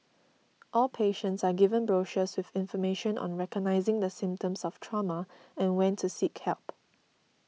all patients are given brochures with information on recognising the symptoms of trauma and when to seek help